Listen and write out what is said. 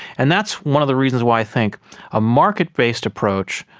and that's one of the reasons why i think a market based approach,